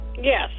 yes